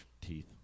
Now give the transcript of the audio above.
teeth